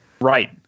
Right